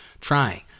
trying